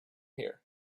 there